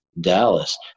Dallas